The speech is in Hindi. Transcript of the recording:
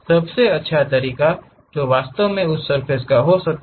सबसे अच्छा तरीका क्या है जो वास्तव में उस सर्फ़ेस पर हो सकता है